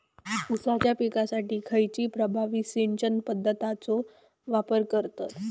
ऊसाच्या पिकासाठी खैयची प्रभावी सिंचन पद्धताचो वापर करतत?